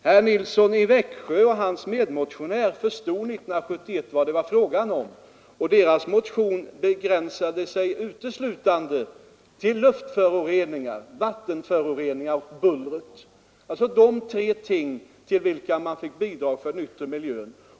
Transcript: Herr Nilsson i Växjö och hans medmotionärer förstod 1971 vad det var fråga om, och deras motion begränsade sig till luftoch vattenföroreningarna samt bullret, alltså till de tre företeelser för vilka man kan få bidrag till en förbättring av den yttre miljön.